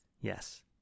Yes